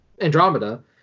Andromeda